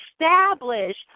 Establish